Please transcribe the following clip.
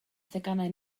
theganau